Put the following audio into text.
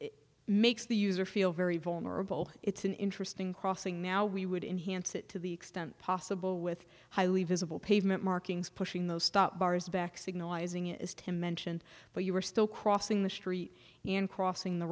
is makes the user feel very vulnerable it's an interesting crossing now we would enhance it to the extent possible with highly visible pavement markings pushing those stop bars back signalize ing is to mention but you are still crossing the street in crossing the